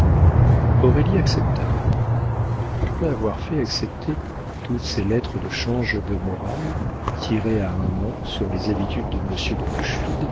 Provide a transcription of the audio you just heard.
aurélie accepta après avoir fait accepter toutes ses lettres de change de morale tirées à un an sur les habitudes de monsieur de